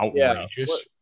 outrageous